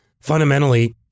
fundamentally